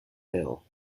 hill